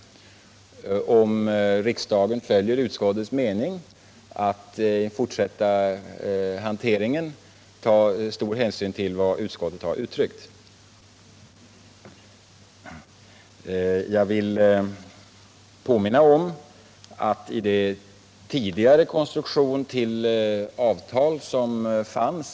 Försörjningsberedskapen på tekoom Handelsministern STAFFAN BURENSTAM LINDER: rådet Herr talman! Låt mig säga till Gördis Hörnlund att eftersom det plötsligt blev så mycket att tala om med anledning av att debatten blivit mera omfattande än jag hade tänkt mig med utgångspunkt i vad betänkandet egentligen handlar om, räckte inte min tillmätta tid åt för att ta upp alla de frågor som hade väckts.